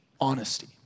honesty